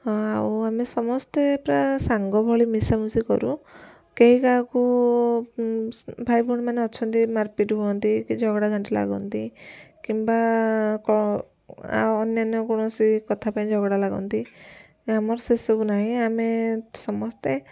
ଆଉ ଆମେ ସମସ୍ତେ ପ୍ରାୟେ ସାଙ୍ଗ ଭଳି ମିଶା ମିଶି କରୁ କେହି କାହାକୁ ଭାଇ ଭଉଣୀ ମାନେ ଅଛନ୍ତି ମାର ପିଟ୍ ହୁଅନ୍ତି କି ଝଗଡ଼ା ଝାଣ୍ଟି ଲାଗନ୍ତି କିମ୍ବା ଆଉ ଅନ୍ୟାନ୍ୟ କୌଣସି କଥା ପାଇଁ ଝଗଡ଼ା ଲାଗନ୍ତି ଆମର ସେସବୁ ନାହିଁ ଆମେ ସମସ୍ତେ